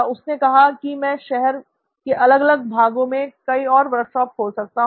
उसने कहा कि मैं शहर के अलग अलग भागों में कई और वर्कशॉप खोल सकता हूं